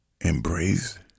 embrace